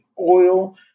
oil